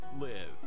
live